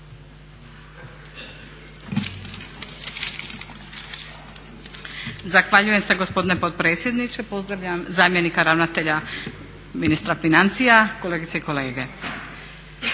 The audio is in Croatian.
Zahvaljujem se gospodine potpredsjedniče. Pozdravljam zamjenika ravnatelja, ministra financija, kolegice i kolege.